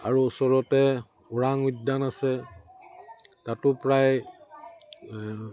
আৰু ওচৰতে ওৰাং উদ্যান আছে তাতো প্ৰায়